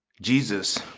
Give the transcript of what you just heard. Jesus